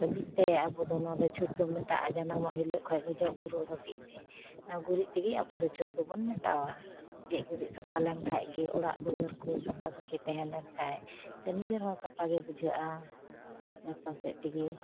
ᱦᱟᱹᱵᱤᱡᱛᱮ ᱟᱵᱚᱫᱚ ᱱᱚᱣᱟᱫᱚ ᱪᱷᱩᱛᱫᱚ ᱢᱮᱴᱟᱜᱼᱟ ᱡᱟᱱᱟᱢᱚᱜ ᱦᱤᱞᱳᱜ ᱠᱷᱚᱱ ᱜᱚᱡᱚᱜᱼᱜᱩᱨᱩᱜ ᱦᱟᱹᱵᱤᱡᱛᱮ ᱱᱚᱣᱟ ᱜᱩᱨᱤᱡ ᱛᱮᱜᱮ ᱟᱵᱚᱫᱚ ᱪᱷᱩᱛ ᱫᱚᱵᱚᱱ ᱢᱮᱴᱟᱣᱟ ᱜᱮᱡ ᱜᱩᱨᱤᱡ ᱥᱟᱯᱟ ᱞᱮᱱᱠᱷᱟᱱ ᱜᱮ ᱚᱲᱟᱜ ᱫᱩᱣᱟᱹᱨᱠᱚ ᱥᱟᱯᱟ ᱥᱟᱹᱯᱤ ᱛᱟᱦᱮᱸᱞᱮᱱ ᱠᱷᱟᱱ ᱥᱮ ᱱᱤᱡᱮᱨᱦᱚᱸ ᱥᱟᱯᱟᱜᱮ ᱵᱩᱡᱷᱟᱹᱜᱼᱟ ᱡᱚᱛᱚ ᱥᱮᱫ ᱛᱮᱜᱮ